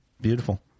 Beautiful